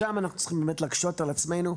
שם אנחנו צריכים באמת להקשות על עצמנו.